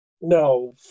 No